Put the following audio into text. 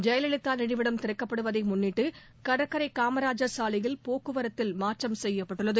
ஜெயலலிதாநினைவிடம் திறக்கப்படுவதைமுன்னிட்டுகடற்கரைகாமராஜர் சாலையில் போக்குவரத்தில் மாற்றம் செய்யப்பட்டுள்ளது